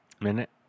minute